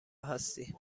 هستی